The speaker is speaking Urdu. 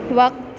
وقت